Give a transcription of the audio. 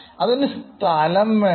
അതിനു സ്ഥലം വേണം